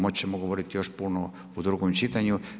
Moći ćemo govoriti još puno u drugom čitanju.